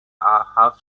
half